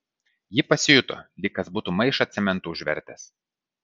ji pasijuto lyg kas būtų maišą cemento užvertęs